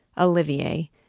Olivier